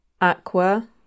Aqua